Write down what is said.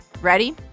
Ready